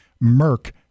murk